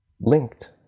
linked